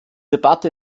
debatte